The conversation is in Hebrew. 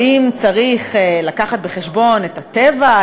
האם צריך להביא בחשבון את הטבע,